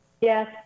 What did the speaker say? Yes